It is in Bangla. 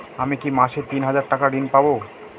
আমি কি মাসে তিন হাজার টাকার ঋণ পাবো?